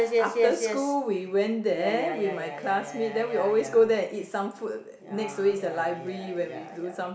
after school we went there with my classmate then we always there and eat some food next to it is the library where we do some